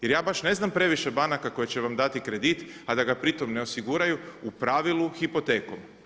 Jer ja baš ne znam previše banaka koje će vam dati kredit a da ga pri tome ne osiguraju u pravilu hipotekom.